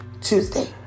Tuesday